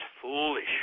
foolish